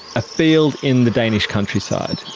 a field in the danish countryside.